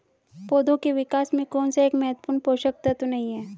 पौधों के विकास में कौन सा एक महत्वपूर्ण पोषक तत्व नहीं है?